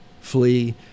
flee